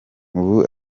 ubu